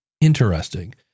interesting